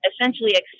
essentially